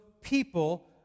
people